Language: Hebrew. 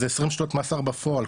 זה עשרים שנות מאסר בפועל,